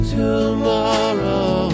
tomorrow